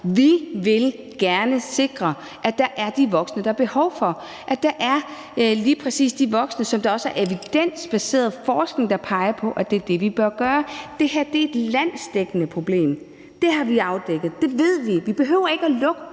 Vi vil gerne sikre, at der er det antal voksne, der er behov for, at der er lige præcis det antal voksne, som evidensbaseret forskning også peger på at der bør være. Det her er et landsdækkende problem. Det har vi afdækket – det er noget, vi ved. Vi behøver ikke længere